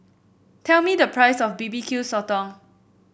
tell me the price of B B Q Sotong